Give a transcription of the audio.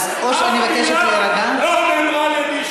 אף מילה לא נאמרה על-ידי,